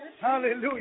Hallelujah